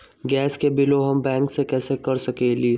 Gas के बिलों हम बैंक से कैसे कर सकली?